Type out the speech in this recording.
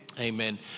Amen